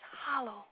hollow